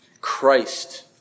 Christ